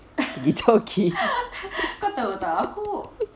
pergi jogging